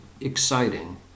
exciting